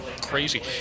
crazy